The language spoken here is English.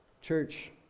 church